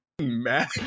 mad